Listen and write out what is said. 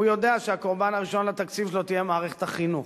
הוא יודע שהקורבן הראשון לתקציב שלו יהיה מערכת החינוך.